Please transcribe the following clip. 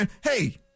Hey